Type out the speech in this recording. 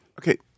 Okay